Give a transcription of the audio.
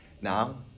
Now